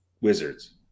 Wizards